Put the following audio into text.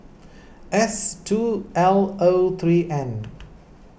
S two L O three N